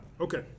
Okay